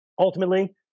Ultimately